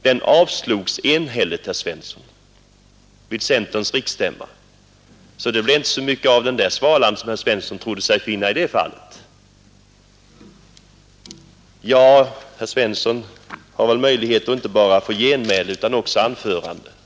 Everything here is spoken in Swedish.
Den avslogs enhälligt vid centerns riksstämma — så det blev inte så mycket av den där svalan som herr Svensson trodde sig finna i det fallet. Herr Svensson har väl möjlighet inte bara till genmäle utan också till anförande.